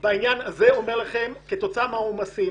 בעניין הזה אני אומר לכם שכתוצאה מהעומסים,